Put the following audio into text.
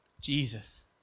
Jesus